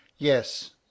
Yes